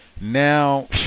Now